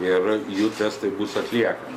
ir jų testai bus atliekami